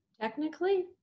Technically